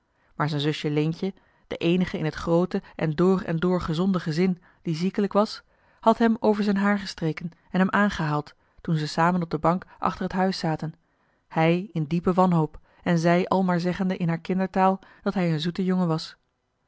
van maar z'n zusje leentje de eenige in het groote en door en door gezonde gezin die ziekelijk was had hem over z'n haar gestreken en hem aangehaald toen ze samen op de bank achter het huis zaten hij in diepe wanhoop en zij al maar joh h been paddeltje de scheepsjongen van michiel de ruijter zeggende in haar kindertaal dat hij een zoete jongen was